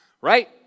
right